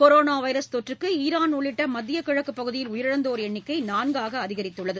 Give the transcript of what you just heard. corona virus தொற்றுக்கு Iran உள்ளிட்ட மத்திய கிழக்கு பகுதியில் உயிரிழந்தோர் எண்ணிக்கை நான்காக அதிகரித்துள்ளது